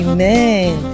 Amen